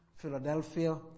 Philadelphia